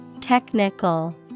Technical